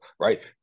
right